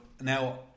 now